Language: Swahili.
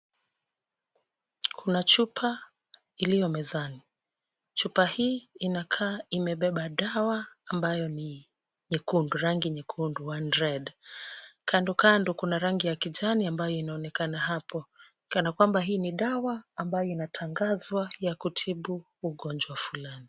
Kuna chupa iliyo mezani. Chupa hii inakaa imebeba dawa ambayo ni rangi nyekundu one red . Kando kando kuna rangi ya kijani ambayo inaonekana hapo, kana kwamba hii ni dawa ambayo inatangazwa ya kutibu ugonjwa fulani.